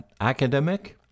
academic